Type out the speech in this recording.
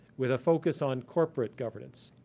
with a focus on corporate governance.